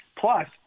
plus